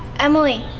emily.